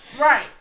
right